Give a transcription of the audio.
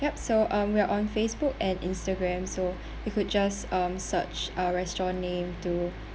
yup so um we are on facebook and instagram so you could just um search a restaurant name to